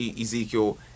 Ezekiel